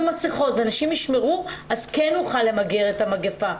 מסכות ואנשים ישמרו אז כן נוכל למגר את המגפה.